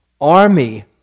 army